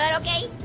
ah okay,